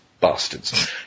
Bastards